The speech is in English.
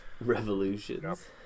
revolutions